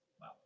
Wow